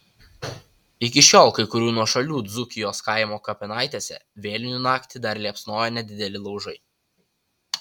iki šiol kai kurių nuošalių dzūkijos kaimų kapinaitėse vėlinių naktį dar liepsnoja nedideli laužai